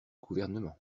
gouvernements